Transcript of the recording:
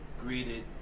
greeted